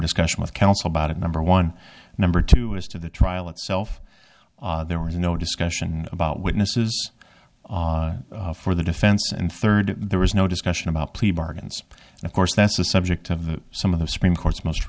discussion with counsel about it number one number two is to the trial itself there was no discussion about witnesses for the defense and third there was no discussion about plea bargains and of course that's a subject of the some of the supreme court's most